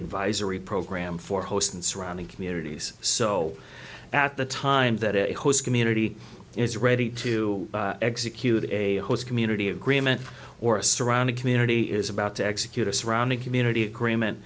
advisory program for host and surrounding communities so at the time that it hosts community is ready to execute a community agreement or a surrounding community is about to execute a surrounding community agreement